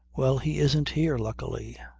well, he isn't here, luckily.